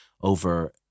over